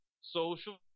social